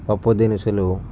పప్పు దినుసులు